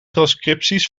transcripties